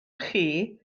chi